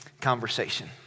conversation